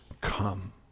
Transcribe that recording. come